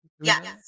yes